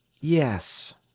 Yes